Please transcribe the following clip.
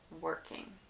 working